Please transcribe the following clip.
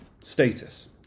status